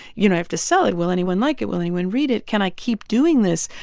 you know, i have to sell it. will anyone like it? will anyone read it? can i keep doing this?